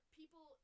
people